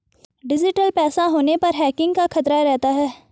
digital पैसा होने पर हैकिंग का खतरा रहता है